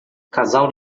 casal